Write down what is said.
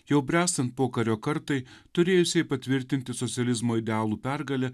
jau bręstant pokario kartai turėjusiai patvirtinti socializmo idealų pergalę